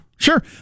Sure